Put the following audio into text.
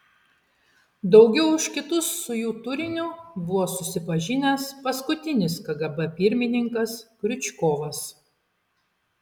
daugiau už kitus su jų turiniu buvo susipažinęs paskutinis kgb pirmininkas kriučkovas